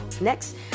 Next